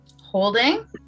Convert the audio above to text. Holding